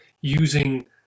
using